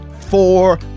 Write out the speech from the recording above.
four